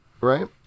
right